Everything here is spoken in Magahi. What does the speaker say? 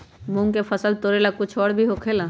मूंग के फसल तोरेला कुछ और भी होखेला?